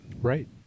Right